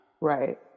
Right